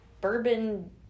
bourbon